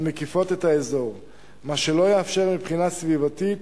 המקיפות את האזור, מה שלא יאפשר מבחינה סביבתית